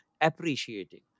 appreciating